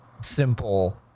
simple